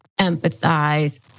empathize